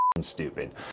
stupid